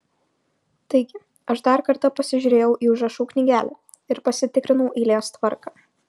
taigi aš dar kartą pasižiūrėjau į užrašų knygelę ir pasitikrinau eilės tvarką